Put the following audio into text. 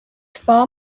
far